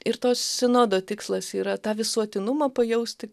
ir to sinodo tikslas yra tą visuotinumą pajausti